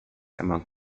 among